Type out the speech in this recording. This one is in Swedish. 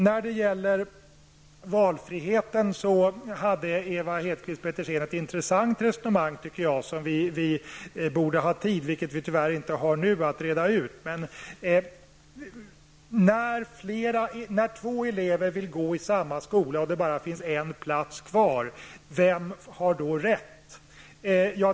När det gäller valfriheten tycker jag att Ewa Hedkvist Petersen förde ett intressant resonemang, som vi borde ha tid att reda ut, vilket vi tyvärr inte har. När två elever vill gå i samma skola och det bara finns en plats kvar, vem har då företräde?